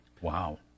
Wow